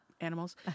animals